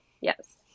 Yes